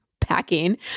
packing